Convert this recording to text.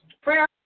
Prayer